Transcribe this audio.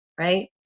Right